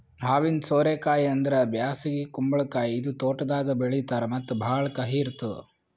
ಹಾವಿನ ಸೋರೆ ಕಾಯಿ ಅಂದುರ್ ಬ್ಯಾಸಗಿ ಕುಂಬಳಕಾಯಿ ಇದು ತೋಟದಾಗ್ ಬೆಳೀತಾರ್ ಮತ್ತ ಭಾಳ ಕಹಿ ಇರ್ತುದ್